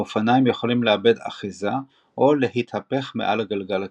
האופניים יכולים לאבד אחיזה או להתהפך מעל הגלגל הקדמי.